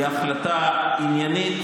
היא החלטה עניינית,